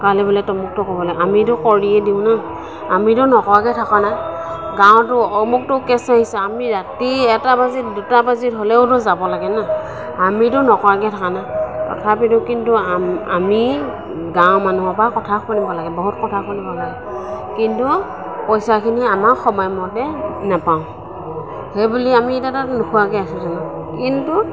কালি বোলে তমুকটো কৰিব লাগে আমিতো কৰিয়েই দিওঁ ন আমিতো নকৰাকৈ থকা নাই গাঁৱতো অমুকটো কেচ আহিছে আমি ৰাতি এটা বাজিল দুটা বাজিল হ'লেওতো যাব লাগে ন আমিতো নকৰাকৈ থকা নাই তথাপিতো কিন্তু আম আমি গাঁৱৰ মানুহৰ পৰা কথা শুনিব লাগে বহুত কথা শুনিব লাগে কিন্তু পইচাখিনি আমাক সময়মতে নাপাওঁ সেইবুলি আমি এতিয়াতো নোখোৱাকৈ আছোঁ জানোঁ কিন্তু